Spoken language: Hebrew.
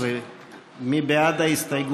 13. מי בעד ההסתייגות?